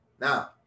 Now